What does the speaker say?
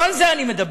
לא על זה אני מדבר.